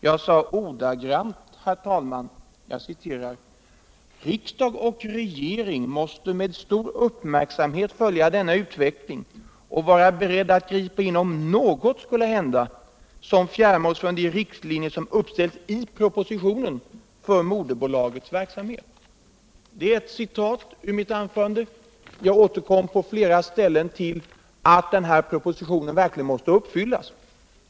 Jag sade, herr talman, ordagrant: ”Riksdag och regering måste med stor uppmärksamhet följa denna utveckling och vara beredda att gripa in om något skulle hända som fjärmar oss från de riktlinjer för moderbolagets verksamhet som uppställs i propositionen.” Det är ett citat ur mitt anförande. Jag återkom på flera ställen till att den här propositionen verkligen måste uppfyllas.